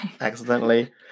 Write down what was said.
accidentally